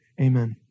Amen